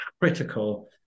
critical